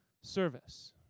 service